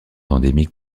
endémiques